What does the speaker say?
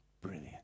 brilliant